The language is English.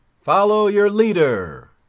follow your leader!